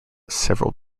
several